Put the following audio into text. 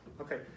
Okay